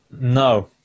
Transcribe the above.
No